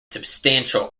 substantial